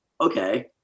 Okay